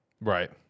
Right